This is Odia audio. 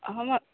ହମ